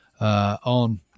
on